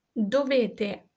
dovete